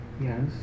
Yes